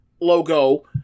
logo